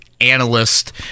analyst